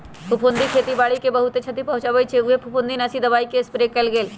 फफुन्दी खेती बाड़ी के बहुत छति पहुँचबइ छइ उहे लेल फफुंदीनाशी दबाइके स्प्रे कएल गेल